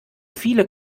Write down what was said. viele